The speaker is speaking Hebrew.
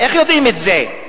איך יודעים את זה?